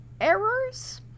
errors